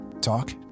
Talk